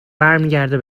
برمیگرده